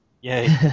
Yay